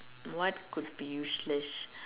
what could be useless